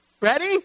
ready